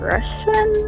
Russian